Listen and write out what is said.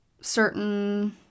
certain